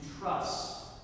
trust